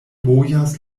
bojas